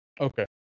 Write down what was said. Okay